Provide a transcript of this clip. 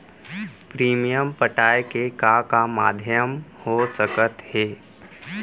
Premium पटाय के का का माधयम हो सकत हे?